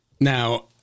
Now